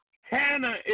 Hannah